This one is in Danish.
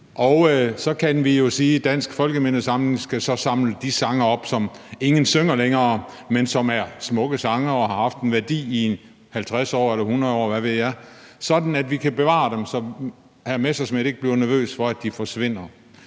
Så kan vi jo sige, at Dansk Folkemindesamling skal samle de sange op, som ingen synger længere, men som er smukke sange, der har haft en værdi i 50 år, i 100 år, eller hvad ved jeg – sådan at vi kan bevare dem, så hr. Morten Messerschmidt ikke bliver nervøs for, at de forsvinder.